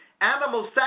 animal